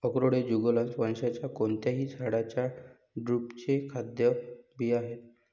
अक्रोड हे जुगलन्स वंशाच्या कोणत्याही झाडाच्या ड्रुपचे खाद्य बिया आहेत